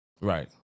Right